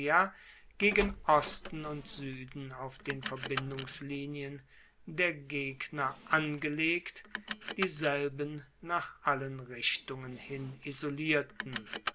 gegen osten und sueden auf den verbindungslinien der gegner angelegt dieselben nach allen richtungen hin isolierten